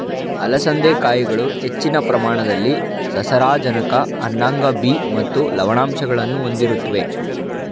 ಅಲಸಂದೆ ಕಾಯಿಗಳು ಹೆಚ್ಚಿನ ಪ್ರಮಾಣದಲ್ಲಿ ಸಸಾರಜನಕ ಅನ್ನಾಂಗ ಬಿ ಮತ್ತು ಲವಣಾಂಶಗಳನ್ನು ಹೊಂದಿರುತ್ವೆ